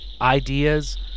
ideas